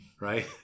right